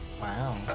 Wow